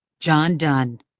john donne.